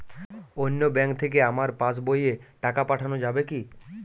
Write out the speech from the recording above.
অন্য ব্যাঙ্ক থেকে আমার পাশবইয়ে টাকা পাঠানো যাবে কি?